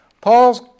Paul's